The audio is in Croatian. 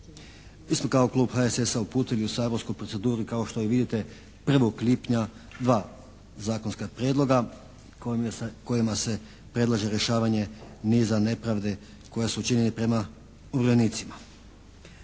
Mi smo kao klub HSS-a uputili u saborsku proceduru, kao što i vidite 1. lipnja dva zakonska prijedloga kojima se predlaže rješavanje niza nepravde koje su učinjene prema umirovljenicima.